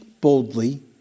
boldly